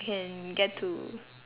can get to